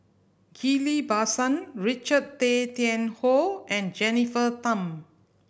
Ghillie Basan Richard Tay Tian Hoe and Jennifer Tham